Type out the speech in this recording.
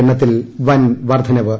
എണ്ണത്തിൽ വൻ വർദ്ധനവ്